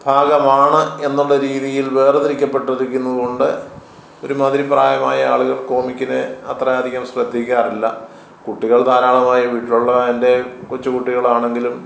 ഭാഗമാണ് എന്നുള്ള രീതിയിൽ വേർതിരിക്കപ്പെട്ടിരിക്കുന്നതു കൊണ്ട് ഒരു മാതിരി പ്രായമായ ആളുകൾ കോമിക്കിനെ അത്ര അധികം ശ്രദ്ധിക്കാറില്ല കുട്ടികൾ ധാരാളമായി വീട്ടിലുള്ള എൻ്റെ കൊച്ചു കുട്ടികളാണെങ്കിലും